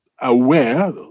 aware